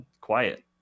quiet